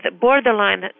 borderline